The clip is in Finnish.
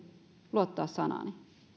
luottaa sanaani